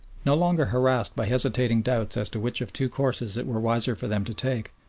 no longer harassed by hesitating doubts as to which of two courses it were wiser for them to take,